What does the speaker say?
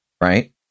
right